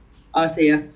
mm mm mm